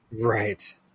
right